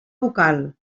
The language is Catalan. vocal